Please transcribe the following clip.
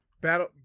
Battle